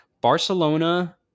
Barcelona